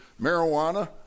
marijuana